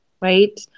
right